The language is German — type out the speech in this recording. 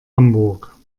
hamburg